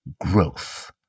growth